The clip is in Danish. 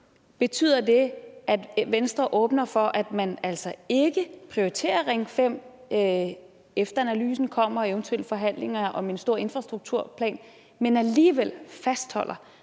det der »mulig«, at Venstre åbner for, at man altså ikke prioriterer Ring 5 – efter analysen er kommet og eventuelle forhandlinger om en stor infrastrukturplan – men alligevel fastholder